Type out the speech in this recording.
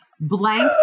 blank